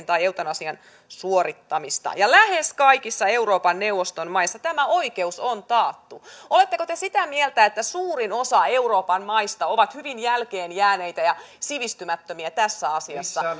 tai avustamasta niiden suorittamista ja lähes kaikissa euroopan neuvoston maissa tämä oikeus on taattu oletteko te sitä mieltä että suurin osa euroopan maista on hyvin jälkeenjääneitä ja sivistymättömiä tässä asiassa